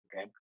okay